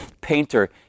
painter